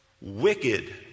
Wicked